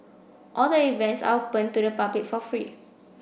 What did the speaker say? all the events are open to the public for free